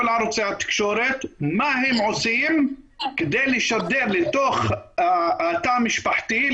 כל ערוצי התקשורת מה הם עושים כדי לשדר לתוך התא המשפחתי,